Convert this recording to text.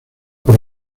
por